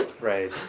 Right